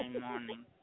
morning